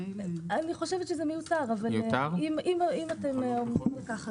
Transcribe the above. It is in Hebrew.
אני חושבת שזה מיותר אבל אם אתם עומדים על כך,